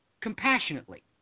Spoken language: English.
compassionately